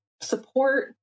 support